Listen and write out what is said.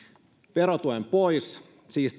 verotuen pois siis